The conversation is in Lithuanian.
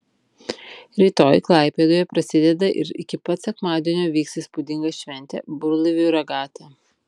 rytoj klaipėdoje prasideda ir iki pat sekmadienio vyks įspūdinga šventė burlaivių regata